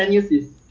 ya ya